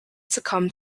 succumbed